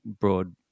broad